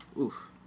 oof